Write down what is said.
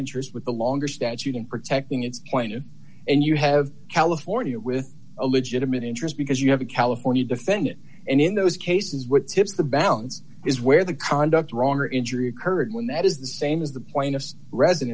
interest with a longer statute in protecting its point and you have california with a legitimate interest because you have a california defendant and in those cases what tips the balance is where the conduct wrong or injury occurred when that is the same as the point of re